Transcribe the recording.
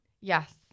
Yes